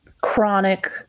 chronic